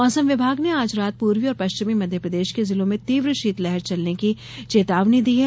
मौसम विभाग ने आज रात पूर्वी और पश्चिमी मध्यप्रदेश के जिलों में तीव्र शीतलहर चलने की चेतावनी दी है